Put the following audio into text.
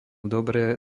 dobré